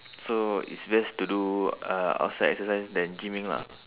so it's best to do uh outside exercise than gymming lah